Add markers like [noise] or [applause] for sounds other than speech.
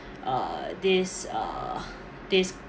uh this uh [breath] this